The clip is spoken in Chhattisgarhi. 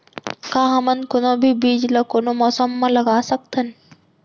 का हमन कोनो भी बीज ला कोनो मौसम म लगा सकथन?